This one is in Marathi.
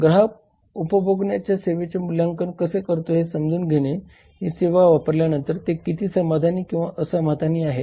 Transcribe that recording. ग्राहक उपभोगण्याच्या सेवेचे मूल्यांकन कसे करतो हे समजून घेणे ही सेवा वापरल्यानंतर ते किती समाधानी किंवा असमाधानी आहेत